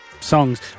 songs